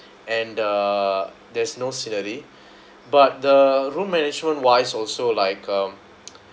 and uh there's no scenery but the room management wise also like um